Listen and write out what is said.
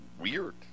weird